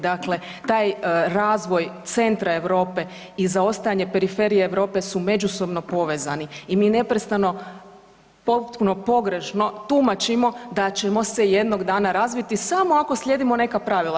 Dakle, taj razvoj centra Europe i zaostajanje periferije Europe su međusobno povezani i mi neprestano potpuno pogrešno tumačimo da ćemo se jednog dana razviti samo ako slijedimo neka pravila.